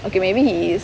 okay maybe he is